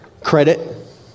credit